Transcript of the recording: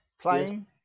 playing